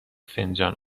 فنجان